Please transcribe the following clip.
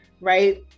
right